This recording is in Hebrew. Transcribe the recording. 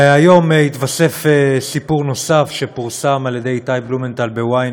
והיום התווסף סיפור נוסף שפורסם על-ידי איתי בלומנטל ב-ynet.